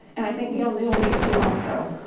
and i think gail newel needs to also,